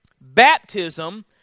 baptism